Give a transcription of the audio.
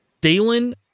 Dalen